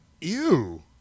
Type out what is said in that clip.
ew